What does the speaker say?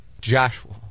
Joshua